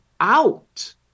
out